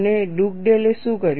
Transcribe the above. અને ડુગડેલે શું કર્યું